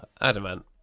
Adamant